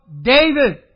David